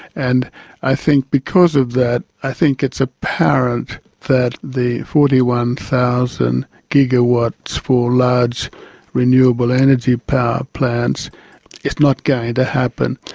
and i think because of that, i think it's apparent that the forty one thousand gigawatts for large renewable energy power plants is not going to happen.